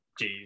Jeez